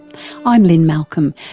i'm lynne malcolm,